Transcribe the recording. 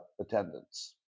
attendance